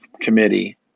committee